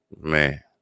Man